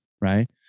right